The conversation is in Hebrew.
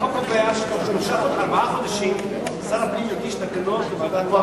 החוק קובע שבתוך ארבעה חודשים שר הפנים יגיש תקנות לוועדת,